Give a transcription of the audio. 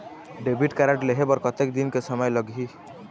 Debit card लेहे बर कतेक दिन के समय लगही?